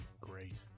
Great